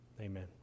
Amen